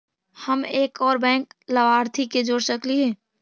हम एक और बैंक लाभार्थी के जोड़ सकली हे?